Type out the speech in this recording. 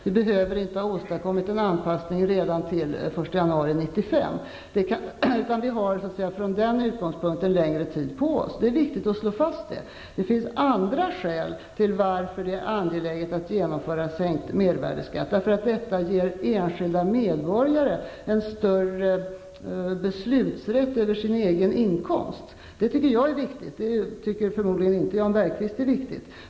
Det behöver inte ha åstadkommits en anpassning redan till den 1 januari 1995. Vi har från den utgångspunkten längre tid på oss. Det är viktigt att slå fast det. Det finns andra skäl till varför det är angeläget att genomföra en sänkt mervärdeskatt. Det ger enskilda medborgare en större beslutsrätt över sina egna inkomster. Jag tycker att det är viktigt. Men det tycker förmodligen Jan Bergqvist inte är viktigt.